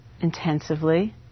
intensively